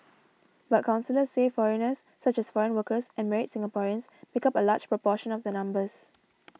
but counsellors say foreigners such as foreign workers and married Singaporeans make up a large proportion of the numbers